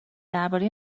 درباره